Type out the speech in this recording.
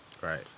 Right